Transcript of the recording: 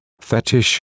fetish